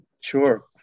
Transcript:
sure